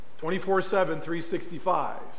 24-7-365